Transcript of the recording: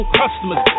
customers